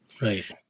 right